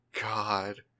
God